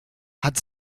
hat